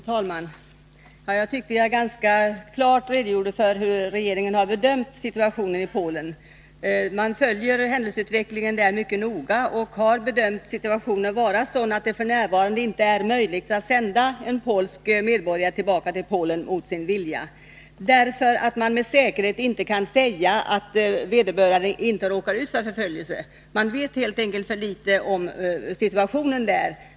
Herr talman! Jag tycker att jag ganska klart redogjorde för hur regeringen bedömt situationen i Polen. Man följer händelseutvecklingen där mycket noga och har bedömt situationen vara sådan att det f. n. inte är möjligt att sända en polsk medborgare tillbaka till Polen mot hans vilja. Man kan nämligen inte med säkerhet säga att vederbörande inte råkar ut för förföljelser. Man vet helt enkelt för litet om situationen.